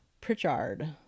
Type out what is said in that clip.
Pritchard